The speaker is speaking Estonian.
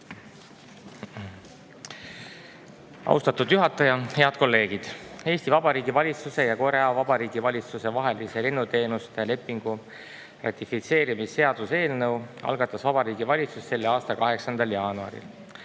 Austatud juhataja! Head kolleegid! Eesti Vabariigi valitsuse ja Korea Vabariigi valitsuse vahelise lennuteenuste lepingu ratifitseerimise seaduse eelnõu algatas Vabariigi Valitsus selle aasta 8. jaanuaril.